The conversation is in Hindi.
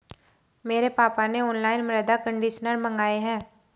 मेरे पापा ने ऑनलाइन मृदा कंडीशनर मंगाए हैं